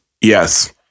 Yes